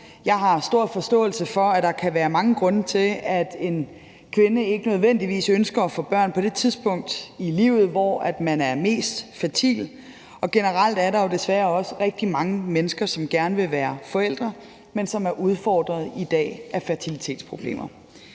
Jeg har stor forståelse for, at der kan være mange grunde til, at en kvinde ikke nødvendigvis ønsker at få børn på det tidspunkt i livet, hvor man er mest fertil, og generelt er der jo desværre også rigtig mange mennesker, som gerne vil være forældre, men som i dag er udfordret af fertilitetsproblemer.